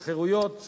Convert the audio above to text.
של חירויות,